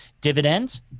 Dividends